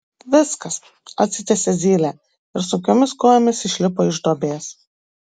viskas atsitiesė zylė ir sunkiomis kojomis išlipo iš duobės